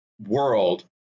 world